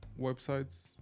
websites